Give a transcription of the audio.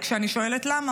וכשאני שואלת למה,